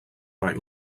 like